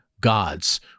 God's